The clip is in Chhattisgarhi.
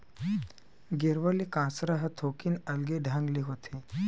गेरवा ले कांसरा ह थोकिन अलगे ढंग ले होथे